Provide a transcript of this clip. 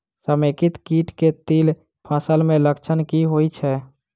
समेकित कीट केँ तिल फसल मे लक्षण की होइ छै?